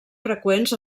freqüents